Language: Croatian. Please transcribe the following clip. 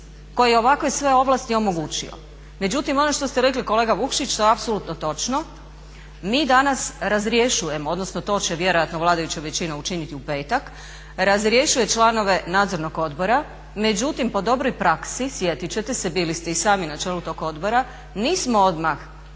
koji je ovakve sve ovlasti omogućio. Međutim, ono što ste rekli kolega Vukšić to je apsolutno točno. Mi danas razrješujemo, odnosno to će vjerojatno vladajuća većina učiniti u petak, razrješuje članove Nadzornog odbora. Međutim, po dobroj praksi sjetit ćete se bili ste i sami na čelu tog odbora nismo odmah